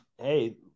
Hey